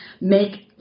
make